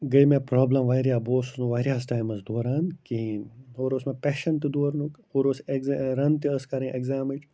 گٔے مےٚ پرٛابلِم واریاہ بہٕ اوسُس نہٕ واریاہَس ٹایمَس دوران کِہیٖنۍ ہورٕ اوس مےٚ پٮ۪شَن تہٕ دورنُک ہورٕ اوس اٮ۪کزے رَنہٕ تہِ ٲسۍ کَرٕنۍ اٮ۪کزامٕچ